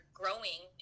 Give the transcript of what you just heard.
growing